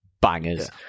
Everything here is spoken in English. bangers